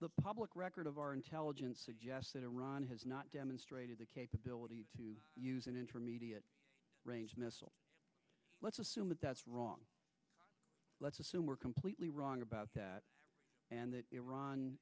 the public record of our intelligence that iran has not demonstrated the capability to use an intermediate range missile let's assume that that's wrong let's assume we're completely wrong about that and that iran